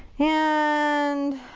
and.